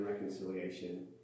reconciliation